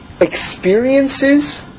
experiences